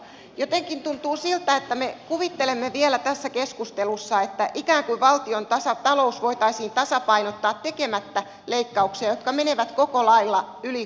jotenkin tuntuu siltä että me kuvittelemme vielä tässä keskustelussa että ikään kuin valtiontalous voitaisiin tasapainottaa tekemättä leikkauksia jotka menevät koko lailla yli koko yhteiskunnan